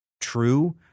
true